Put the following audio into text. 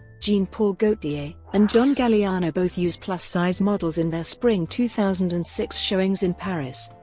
jean-paul gaultier and john galliano both used plus-size models in their spring two thousand and six showings in paris.